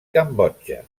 cambodja